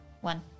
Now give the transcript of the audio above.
One